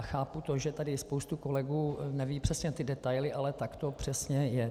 Chápu to, že tady spousta kolegů neví přesně detaily, ale tak to přesně je.